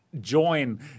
join